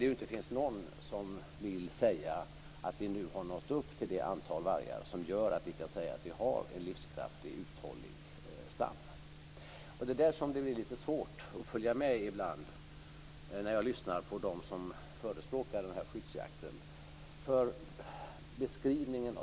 Det finns inte någon som vill säga att vi nu har nått upp till det antal vargar som gör att vi har en livskraftig, uthållig stam. Det är där som jag ibland har lite svårt att följa med när jag lyssnar på dem som förespråkar skyddsjakten.